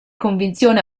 convinzione